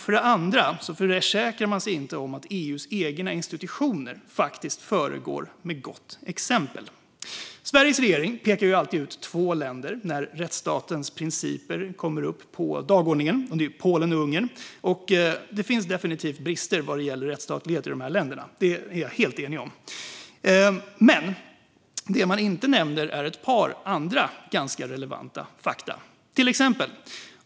För det andra försäkrar man sig inte om att EU:s egna institutioner faktiskt föregår med gott exempel. Sveriges regering pekar alltid ut två länder när rättsstatens principer kommer upp på dagordningen, nämligen Polen och Ungern. Det finns definitivt brister vad gäller rättsstatlighet i dessa länder. Det är jag helt enig om. Men det man inte nämner är ett par andra relevanta fakta. Låt mig ge exempel.